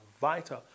vital